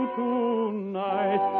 tonight